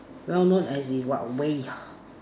well known as in what ways